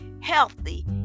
healthy